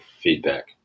feedback